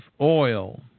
oil